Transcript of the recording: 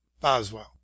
boswell